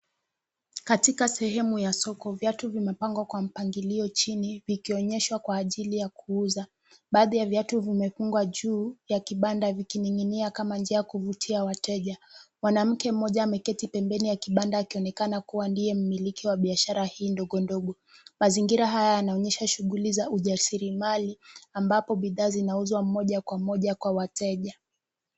Katika sehemu ya soko viatu vimepangwa kwa mpangilio chini vikionyeshwa kwa ajili ya kuuza. Baadhi ya viatu vimefungwa juu ya kibanda ikining'inia kama njia ya kuvutia wateja. Mwanamke mmoja ameketi pembeni ya kibanda akionekana kuwa ndiye mmiliki wa biashara hii ndogo ndogo. Mazingira haya yanaonyesha shughuli za ujasiri mali ambayo bidhaa zinauzwa moja kwa moja kwa wateja.